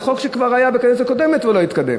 זה חוק שכבר היה בקדנציה הקודמת ולא התקדם,